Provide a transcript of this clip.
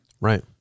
Right